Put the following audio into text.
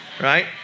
right